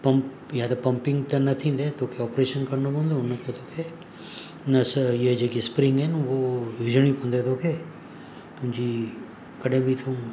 pump या त pumping त न थींदे तोखे ऑपरेशन करिणो पवंदो उनखे तोखे नस इएं जेकी स्प्रींग आहिनि उहो विझिणी पवंदे तोखे तुंहिंजी कॾहिं बि तूं